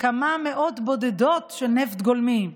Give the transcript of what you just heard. כמה טונות בודדות של נפט גולמי.